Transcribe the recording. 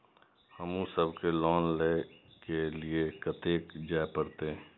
हमू सब के लोन ले के लीऐ कते जा परतें?